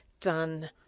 done